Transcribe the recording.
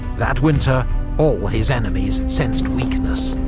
that winter all his enemies sensed weakness,